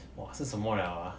!wah! 是什么了啊